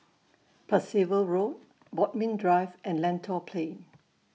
Percival Road Bodmin Drive and Lentor Plain